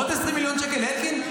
עוד 20 מיליון שקל לאלקין?